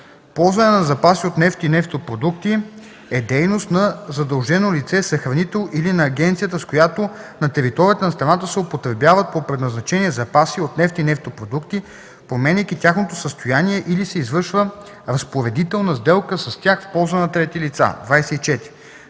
„Ползване на запаси от нефт и нефтопродукти” е дейност на задължено лице, съхранител или на агенцията, с която на територията на страната се употребяват по предназначение запаси от нефт и нефтопродукти, променяйки тяхното състояние, или се извършва разпоредителна сделка с тях в полза на трети лица. 24.